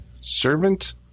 servant